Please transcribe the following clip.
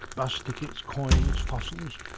bus tickets, coins, fossils.